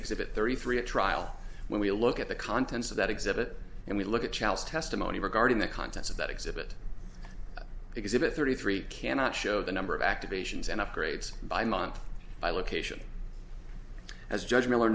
exhibit thirty three at trial when we look at the contents of that exhibit and we look at chelles testimony regarding the contents of that exhibit exhibit thirty three cannot show the number of activations and upgrades by month by location as judge miller